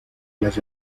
las